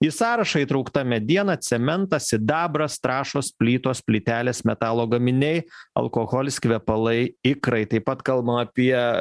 į sąrašą įtraukta mediena cementas sidabras trąšos plytos plytelės metalo gaminiai alkoholis kvepalai ikrai taip pat kalbam apie